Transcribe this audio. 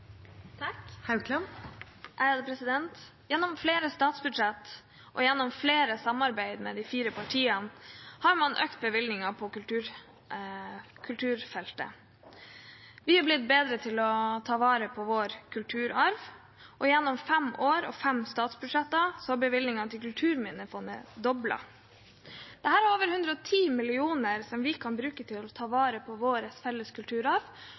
Gjennom flere statsbudsjett og gjennom flere samarbeid mellom de fire partiene har man økt bevilgningene til kulturfeltet. Vi er blitt bedre til å ta vare på vår kulturarv, og gjennom fem år og fem statsbudsjett har bevilgningene til Kulturminnefondet blitt doblet. Dette utgjør over 110 mill. kr, som vi kan bruke til å ta vare på vår felles kulturarv,